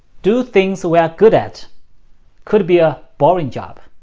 do things we are good at could be a boring job.